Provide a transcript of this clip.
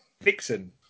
Vixen